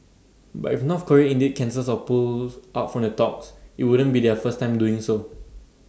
but if North Korea indeed cancels or pull out from the talks IT wouldn't be their first time doing so